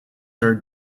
are